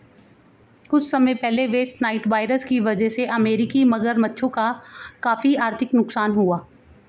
कुछ समय पहले वेस्ट नाइल वायरस की वजह से अमेरिकी मगरमच्छों का काफी आर्थिक नुकसान हुआ